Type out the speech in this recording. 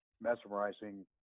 mesmerizing